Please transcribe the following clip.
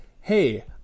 Hey